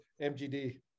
MGD